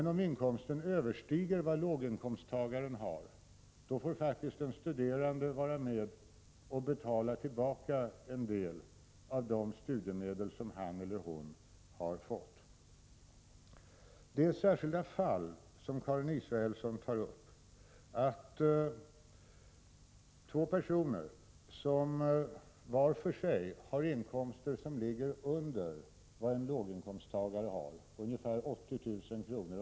Men om inkomsten överstiger vad låginkomsttagaren har, då får faktiskt den studerande vara med och betala tillbaka en del av de studiemedel som han eller hon har fått. Karin Israelsson tar upp ett särskilt fall — två personer som var för sig har inkomster som ligger under vad en låginkomsttagare har, ungefär 80 000 kr.